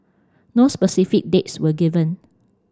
no specific dates were given